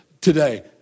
today